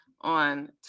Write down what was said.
on